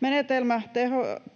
Menetelmä